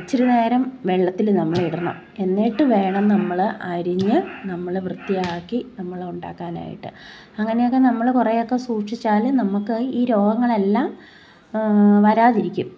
ഇത്തിരി നേരം വെള്ളത്തിൽ നമ്മൾ ഇടണം എന്നിട്ട് വേണം നമ്മൾ അരിഞ്ഞ് നമ്മൾ വൃത്തിയാക്കി നമ്മൾ ഉണ്ടാക്കാനായിട്ട് അങ്ങനെയൊക്കെ നമ്മൾ കുറേയൊക്കെ സൂക്ഷിച്ചാൽ നമുക്ക് ഈ രോഗങ്ങളെല്ലാം വരാതിരിക്കും